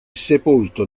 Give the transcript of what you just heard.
sepolto